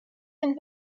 and